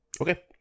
Okay